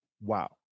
Wow